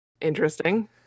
interesting